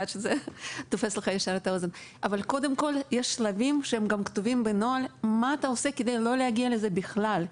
יש שלבים כתובים בנוהל לגבי מה עושים כדי לא להגיע לזה בכלל.